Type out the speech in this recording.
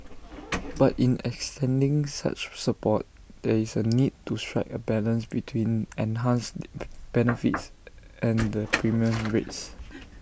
but in extending such support there is A need to strike A balance between enhanced benefits and the premium rates